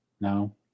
No